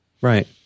Right